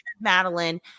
Madeline